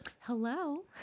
hello